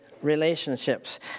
Relationships